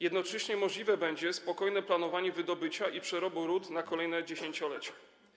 Jednocześnie możliwe będzie spokojne planowanie wydobycia i przerobu rud na kolejne dziesięciolecia.